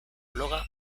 bloga